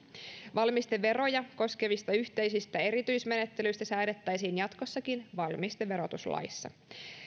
valmisteveroja koskevista yhteisistä erityismenettelyistä säädettäisiin jatkossakin valmisteverotuslaissa